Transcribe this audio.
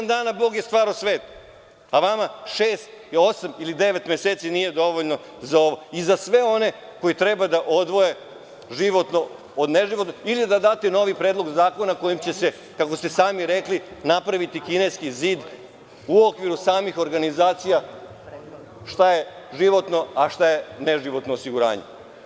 Za sedam dana Bog je stvorio svet, a vama šest, osam ili devet meseci nije dovoljno za ovo i za sve one koji treba da odvoje životno od neživotnog, ili da date novi predlog zakona kojim će se, kako ste sami rekli, napraviti Kineski zid u okviru samih organizacija, šta je životno, a šta neživotno osiguranje.